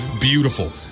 Beautiful